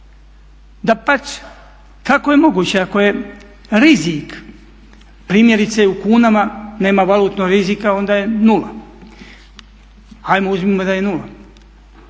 Dapače, kako je moguće ako je rizik primjerice u kunama, nema valutnog rizika, onda je nula, ajmo uzmimo da je nula,